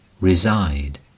reside